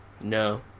No